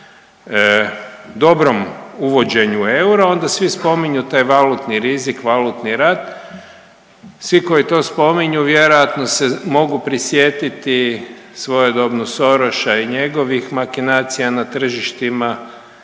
dobroj, dobrom uvođenju eura onda svi spominju taj valutni rizik valutni rat. Svi koji to spominju vjerojatno se mogu prisjetiti svojedobno Soroša i njegovih makinacija na tržištima,